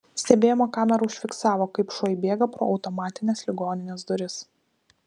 stebėjimo kamera užfiksavo kaip šuo įbėga pro automatines ligoninės duris